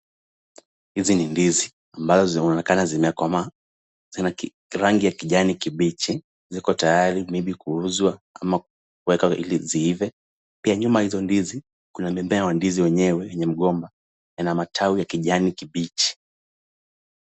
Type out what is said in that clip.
Hizi ni ndizi ambazo zinaonekana zimekomaa. Zina rangi ya kijani kibichi. Ziko tayari maybe kuuzwa au kuwekwa ili ziive. Pia nyuma ya hizo ndizi kuna mimea wa ndizi yenyewe yenye mgomba yana matawi ya kijani kibichi.